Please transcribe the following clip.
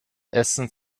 essen